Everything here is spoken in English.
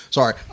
Sorry